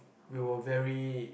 we were very